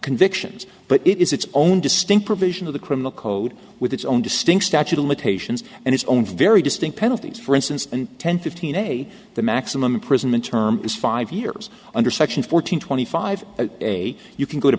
convictions but it is its own distinct provision of the criminal code with its own distinct statute of limitations and its own very distinct penalties for instance and ten fifteen a the maximum imprisonment term is five years under section fourteen twenty five a you can go to